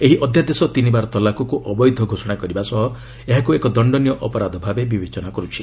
ଏହି ଅଧ୍ୟାଦେଶ ତିନିବାର ତଲାକକୁ ଅବୈଧ ଘୋଷଣା କରିବା ସହ ଏହାକୁ ଏକ ଦଶ୍ଚନୀୟ ଅପରାଧ ଭାବେ ବିବେଚନା କରୁଛି